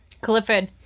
Clifford